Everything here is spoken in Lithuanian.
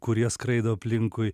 kurie skraido aplinkui